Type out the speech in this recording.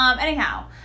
Anyhow